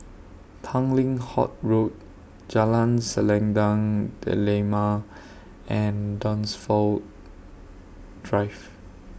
Tanglin Halt Road Jalan Selendang Delima and Dunsfold Drive